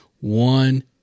One